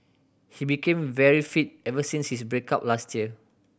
he became very fit ever since his break up last year